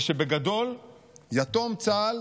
הוא שבגדול יתום צה"ל